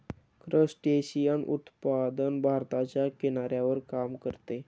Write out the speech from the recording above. crustacean उत्पादन भारताच्या किनाऱ्यावर काम करते